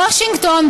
וושינגטון,